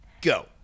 Go